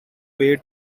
way